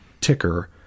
ticker